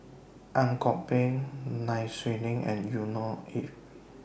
Ang Kok Peng Nai Swee Leng and Yusnor Ef